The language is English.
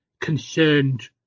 concerned